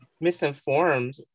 misinformed